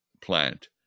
plant